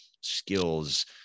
skills